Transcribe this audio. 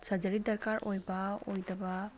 surgery ꯗꯔꯀꯥꯔ ꯑꯣꯏꯕ ꯑꯣꯏꯗꯕ